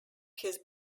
his